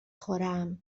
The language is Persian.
خورم